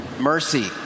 mercy